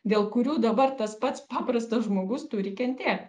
dėl kurių dabar tas pats paprastas žmogus turi kentėt